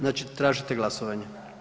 Znači tražite glasovanje?